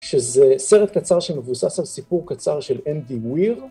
שזה סרט קצר שמבוסס על סיפור קצר של אנדי ויר.